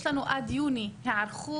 יש לנו עד יוני היערכות,